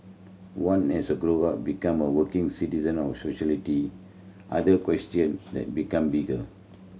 one as a grow up become a working citizen of society other question then become bigger